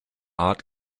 art